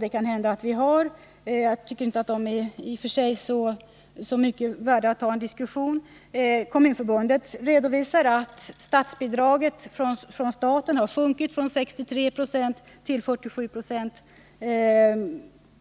Det kan hända att vi gör det, men jag tycker inte att skillnaderna är så stora att de behöver föranleda någon diskussion. Kommunförbundet redovisar att statsbidraget har sjunkit från 63 96 till 47 96.